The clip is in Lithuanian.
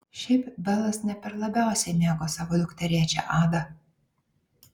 šiaip belas ne per labiausiai mėgo savo dukterėčią adą